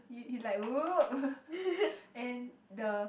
you like !whoop! and the